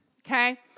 okay